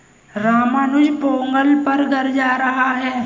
रामानुज पोंगल पर घर जा रहा है